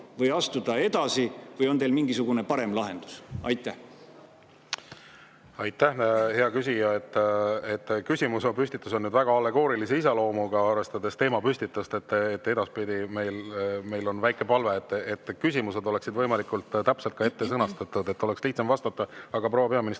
või astuda edasi või on teil mingisugune parem lahendus? Aitäh, hea küsija! Küsimuse püstitus on väga allegoorilise iseloomuga, arvestades teemapüstitust. Meil on väike palve, et küsimused oleksid edaspidi võimalikult täpselt ette sõnastatud, et oleks lihtsam vastata. Proua peaminister,